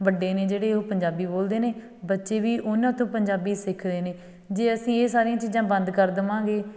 ਵੱਡੇ ਨੇ ਜਿਹੜੇ ਉਹ ਪੰਜਾਬੀ ਬੋਲਦੇ ਨੇ ਬੱਚੇ ਵੀ ਉਹਨਾਂ ਤੋਂ ਪੰਜਾਬੀ ਸਿੱਖਦੇ ਨੇ ਜੇ ਅਸੀਂ ਇਹ ਸਾਰੀਆਂ ਚੀਜ਼ਾਂ ਬੰਦ ਕਰ ਦੇਵਾਂਗੇ